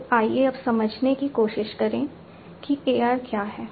तो आइए अब समझने की कोशिश करें कि AR क्या है